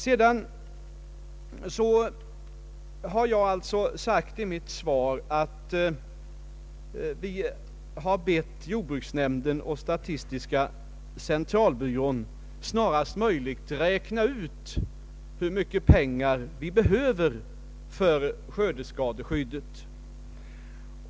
Vidare har jag framhållit i interpel lationssvaret att Kungl. Maj:t begärt att jordbruksnämnden och statistiska centralbyrån snarast möjligt räknar ut hur mycket pengar som behövs för skördeskadeskyddet.